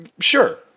sure